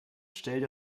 stellt